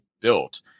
built